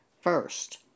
first